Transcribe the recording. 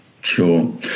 Sure